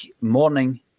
morning